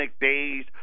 days